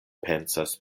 pensas